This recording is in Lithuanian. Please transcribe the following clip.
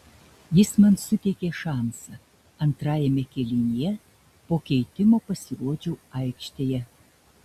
jis man suteikė šansą antrajame kėlinyje po keitimo pasirodžiau aikštėje